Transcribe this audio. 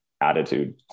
attitude